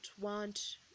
want